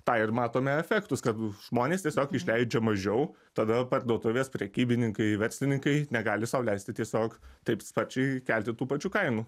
tą ir matome efektus kad žmonės tiesiog išleidžia mažiau tada parduotuvės prekybininkai verslininkai negali sau leisti tiesiog taip sparčiai kelti tų pačių kainų